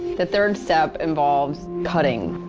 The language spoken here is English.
the third step involves cutting.